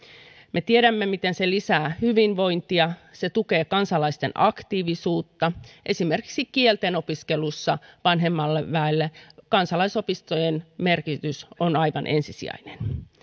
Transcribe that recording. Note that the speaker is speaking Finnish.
me tiedämme miten se lisää hyvinvointia se tukee kansalaisten aktiivisuutta esimerkiksi kieltenopiskelussa vanhemmalle väelle kansalaisopistojen merkitys on aivan ensisijainen